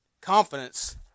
confidence